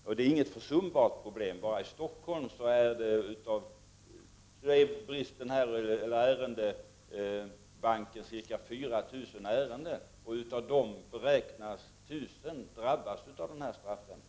Detta är inte något försumbart problem. Bara i Stockholm är ärendebalansen ca 4 000 ärenden, och det beräknas att en fjärdedel av de fallen kommer att drabbas av den här straffräntan.